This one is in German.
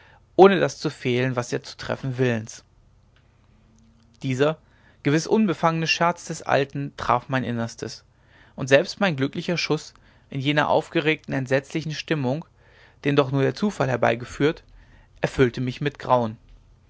ohne das zu fehlen was er zu treffen willens dieser gewiß unbefangene scherz des alten traf mein innerstes und selbst mein glücklicher schuß in jener aufgeregten entsetzlichen stimmung den doch nur der zufall herbeigeführt erfüllte mich mit grauen